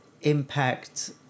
impact